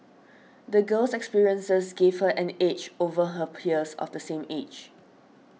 the girl's experiences gave her an edge over her peers of the same age